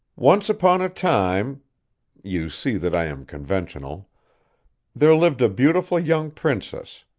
once upon a time you see that i am conventional there lived a beautiful young princess,